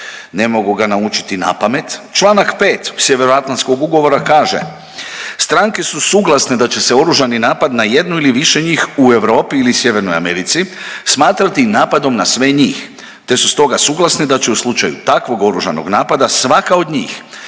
ne mogu ga naučiti napamet. Članak 5. Sjeveroatlantskog ugovora kaže, stranke su suglasne da će se oružani napad na jednu ili više njih u Europi ili Sjevernoj Americi smatrati napadom na sve njih te su stoga suglasne da će u slučaju takvog oružanog napada svaka od njih